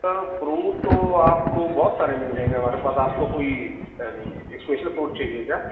سر fruit تو آپ کو بہت سارے مل جائیں گے ہمارے پاس آپ کو کوئی اسپیشل فروٹ چاہیے کیا